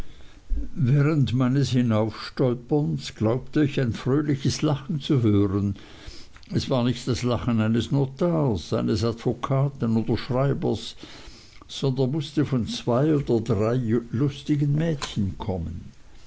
während meines hinaufstolperns glaubte ich ein fröhliches lachen zu hören es war nicht das lachen eines notars eines advokaten oder schreibers sondern mußte von zwei oder drei lustigen mädchen kommen